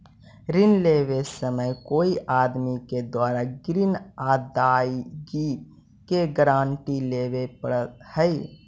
ऋण लेवे समय कोई आदमी के द्वारा ग्रीन अदायगी के गारंटी लेवे पड़ऽ हई